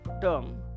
term